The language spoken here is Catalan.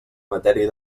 matèria